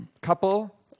couple